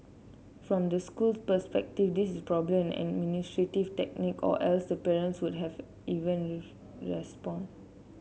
from the school's perspective this is probably an administrative tactic or else the parents would have even respond